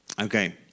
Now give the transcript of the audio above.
Okay